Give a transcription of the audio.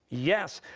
yes.